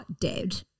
dead